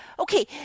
Okay